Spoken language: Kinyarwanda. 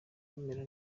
bumera